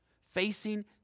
Facing